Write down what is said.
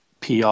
PR